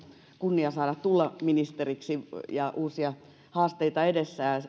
kunnia saada tulla ministeriksi ja uusia haasteita edessä ja